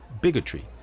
bigotry